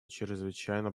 чрезвычайно